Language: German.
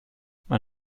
man